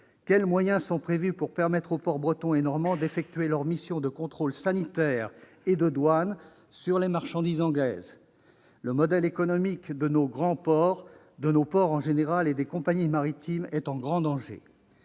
Quels moyens sont prévus pour permettre aux ports bretons et normands d'effectuer leurs missions de contrôle sanitaire et de douane sur les marchandises anglaises ? Le modèle économique de nos ports et des compagnies maritimes est en grand danger.